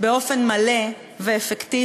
באופן מלא ואפקטיבי,